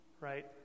Right